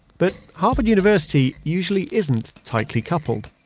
but harvard university usually isn't tightly coupled,